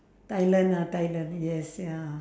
thailand ah thailand yes ya